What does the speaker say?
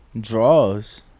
draws